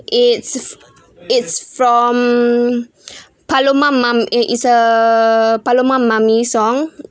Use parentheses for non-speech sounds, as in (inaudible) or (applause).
it's it's from (breath) paloma mom it it's a paloma mami song